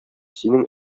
синең